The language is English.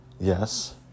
Yes